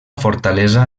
fortalesa